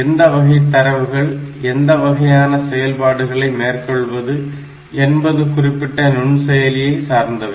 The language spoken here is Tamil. எந்த வகை தரவுகளில் எந்த வகையான செயல்பாடுகளை மேற்கொள்வது என்பது குறிப்பிட்ட நுண்செயலியை சார்ந்தவை